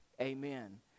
amen